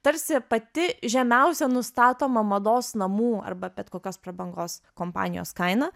tarsi pati žemiausia nustatoma mados namų arba bet kokios prabangos kompanijos kaina